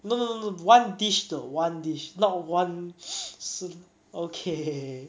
no no no one dish though one dish not one s~ okay